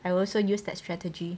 I also use that strategy